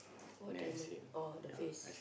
what diamond oh the face